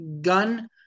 gun